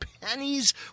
pennies